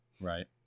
Right